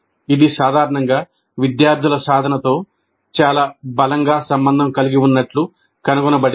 ఇది సాధారణంగా విద్యార్థుల సాధనతో చాలా బలంగా సంబంధం కలిగి ఉన్నట్లు కనుగొనబడింది